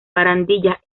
barandilla